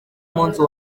munsi